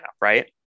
Right